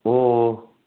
ꯑꯣ